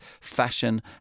fashion